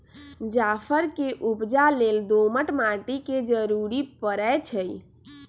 जाफर के उपजा लेल दोमट माटि के जरूरी परै छइ